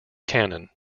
canon